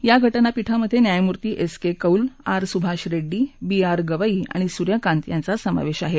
या घटनापीठामधे न्यायमूर्ती S K Kaul R Subhash Reddy B R Gavai आणि सुर्यकांत यांचा समावेश आहे